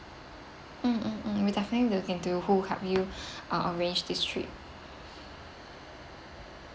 mm mm mm we definitely will who helped you uh arranged this trip